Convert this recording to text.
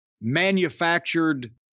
manufactured